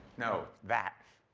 no, that.